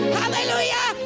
hallelujah